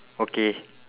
okay